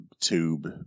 tube